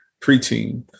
preteen